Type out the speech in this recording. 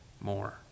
more